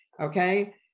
Okay